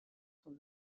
sont